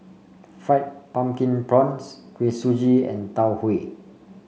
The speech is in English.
Fried Pumpkin Prawns Kuih Suji and Tau Huay